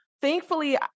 thankfully